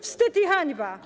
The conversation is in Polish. Wstyd i hańba.